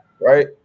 right